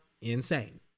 insane